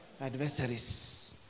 adversaries